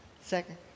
Second